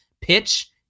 pitch